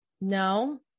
No